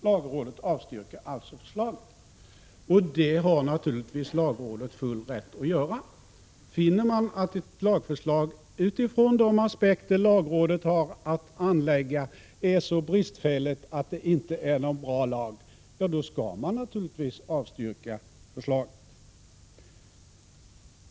Lagrådet avstyrker alltså förslaget, och det har naturligtvis lagrådet full rätt att göra. Finner man att ett lagförslag utifrån de aspekter lagrådet har att anlägga är så bristfälligt, att det inte är fråga om någon bra lag, skall man naturligtvis avstyrka förslaget.